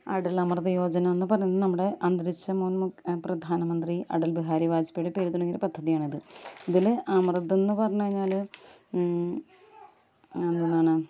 അഡൽ അമൃത് യോജന എന്ന് പറയുന്നത് നമ്മുടെ അന്തരിച്ച മുൻ പ്രധാനമന്ത്രി അഡൽ ബിഹാരി വാജ്പേയുടെ പേരിൽ തുടങ്ങിയ ഒരു പദ്ധതിയാണ് ഇത് ഇതിൽ അമൃത് എന്ന് പറഞ്ഞ് കഴിഞ്ഞാൽ എന്തെന്നാണ്